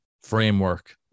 framework